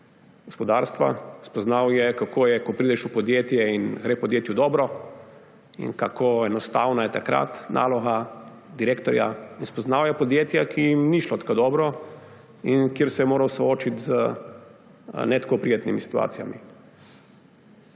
gospodarstva, spoznal je, kako je, ko prideš v podjetje in gre podjetju dobro, in kako enostavna je takrat naloga direktorja. In spoznal je podjetja, ki jim ni šlo tako dobro in kjer se je moral soočiti z ne tako prijetnimi situacijami.